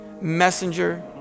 messenger